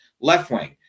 left-wing